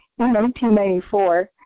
1994